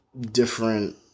different